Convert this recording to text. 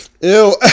Ew